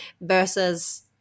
versus